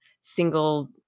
single